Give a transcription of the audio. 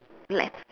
left